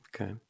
Okay